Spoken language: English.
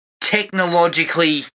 technologically